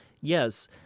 Yes